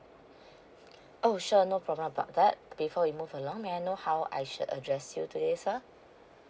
oh sure no problem about that before we move along may I know how I should address you today sir